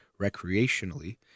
recreationally